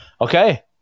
Okay